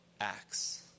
acts